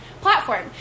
platform